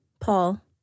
Paul